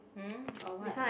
um or what